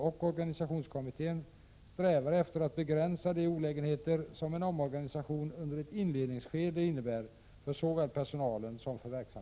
Om så inte är fallet, är regeringen beredd att av regionalpolitiska skäl tills vidare behålla både Sundsvallsregionen och Luleåregionen?